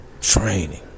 training